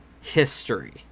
history